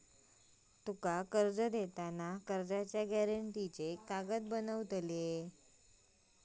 तु कर्ज देताना कर्जाच्या गॅरेंटीचे कागद बनवत?